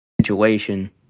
situation